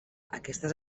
aquestes